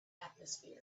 atmosphere